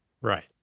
Right